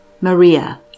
Maria